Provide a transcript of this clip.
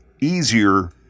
easier